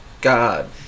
God